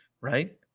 Right